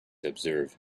observe